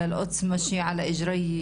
אנחנו לא רק מדברים על הנפגעים,